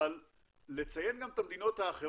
אבל לציין גם את המדינות האחרות.